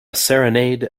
serenade